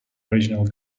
original